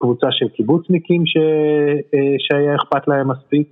קבוצה של קיבוצניקים שהיה אכפת להם מספיק